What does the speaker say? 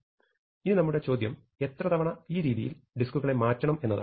ഇനി നമ്മുടെ ചോദ്യം എത്ര തവണ ഈ രീതിയിൽ ഡിസ്കുകളെ മാറ്റണം എന്നതാണ്